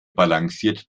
balanciert